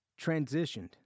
transitioned